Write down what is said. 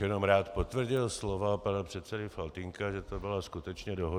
Jenom bych rád potvrdil slova pana předsedy Faltýnka, že to byla skutečně dohoda.